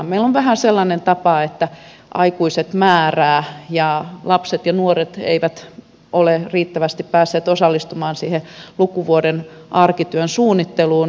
meillä on vähän sellainen tapa että aikuiset määräävät ja lapset ja nuoret eivät ole riittävästi päässeet osallistumaan siihen lukuvuoden arkityön suunnitteluun